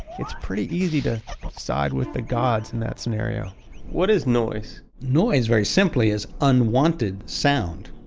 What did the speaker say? it's pretty easy to side with the gods in that scenario what is noise? noise, very simply, is unwanted sound.